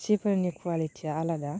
सिफोरनि कुवालिटिया आलादा